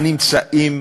הנמצאים